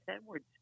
Edwards